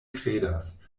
kredas